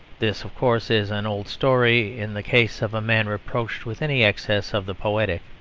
this, of course, is an old story in the case of a man reproached with any excess of the poetic.